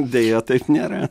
deja taip nėra